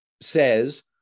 says